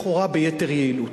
לכאורה ביתר יעילות.